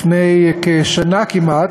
לפני כשנה כמעט,